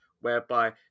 whereby